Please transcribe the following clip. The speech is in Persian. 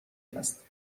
است